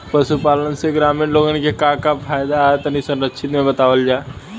पशुपालन से ग्रामीण लोगन के का का फायदा ह तनि संक्षिप्त में बतावल जा?